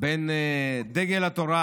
בין דגל התורה,